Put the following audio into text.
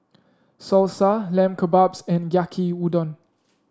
Salsa Lamb Kebabs and Yaki Udon